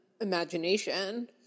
imagination